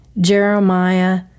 Jeremiah